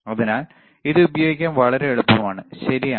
അതിനാൽ ഇത് ഉപയോഗിക്കാൻ വളരെ എളുപ്പമാണ് ശരിയാണ്